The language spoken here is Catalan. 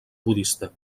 budista